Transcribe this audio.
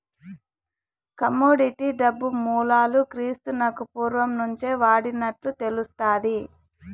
commodity డబ్బు మూలాలు క్రీస్తునకు పూర్వం నుంచే వాడినట్లు తెలుస్తాది